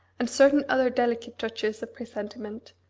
and certain other delicate touches of presentiment,